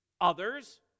Others